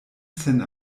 sen